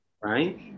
right